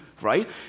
right